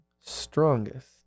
strongest